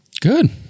Good